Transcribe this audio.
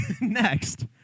Next